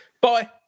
Bye